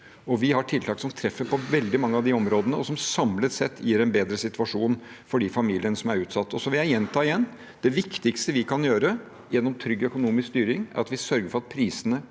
Vi har tiltak som treffer på veldig mange av de områdene, og som samlet sett gir en bedre situasjon for de familiene som er utsatt. Så vil jeg gjenta igjen: Det viktigste vi kan gjøre gjennom trygg økonomisk styring, er at vi sørger for at prisene